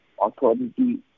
authority